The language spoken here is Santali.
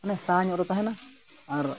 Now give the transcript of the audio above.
ᱢᱟᱱᱮ ᱥᱟᱦᱟ ᱧᱚᱜᱨᱮ ᱛᱟᱦᱮᱱᱟ ᱟᱨ